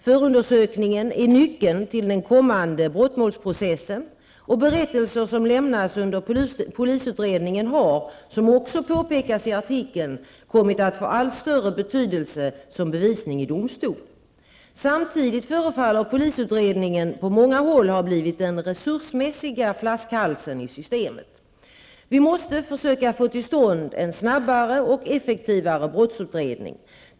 Förundersökningen är nyckeln till den kommande brottmålsprocessen, och berättelser som lämnas under polisutredningen har, som också påpekas i artikeln, kommit att få allt större betydelse som bevisning i domstol. Samtidigt förefaller polisutredningen på många håll ha blivit den resursmässiga flaskhalsen i systemet. Vi måste försöka få till stånd en snabbare och effektivare brottsutredning.